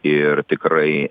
ir tikrai